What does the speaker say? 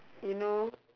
you know